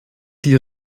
die